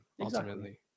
ultimately